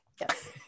Yes